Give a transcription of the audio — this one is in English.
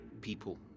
people